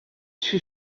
she